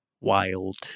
wild